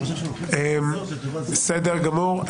בסדר גמור.